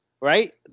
right